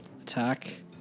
attack